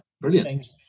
brilliant